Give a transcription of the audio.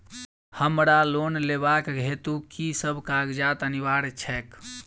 हमरा लोन लेबाक हेतु की सब कागजात अनिवार्य छैक?